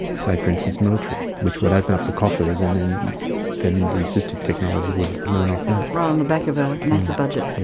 say for instance military, which would open up the coffers and then then the assistive technology would earn off that. ride on the back of a nasa budget?